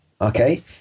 okay